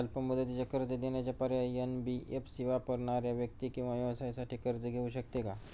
अल्प मुदतीचे कर्ज देण्याचे पर्याय, एन.बी.एफ.सी वापरणाऱ्या व्यक्ती किंवा व्यवसायांसाठी कर्ज घेऊ शकते का?